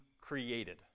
created